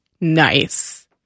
Nice